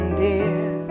dear